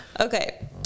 Okay